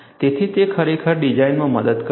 તેથી તે ખરેખર ડિઝાઇનમાં મદદ કરે છે